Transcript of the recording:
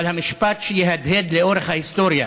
אבל המשפט שיהדהד לאורך ההיסטוריה